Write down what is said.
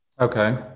Okay